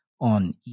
on